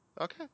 Okay